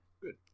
Good